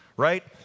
right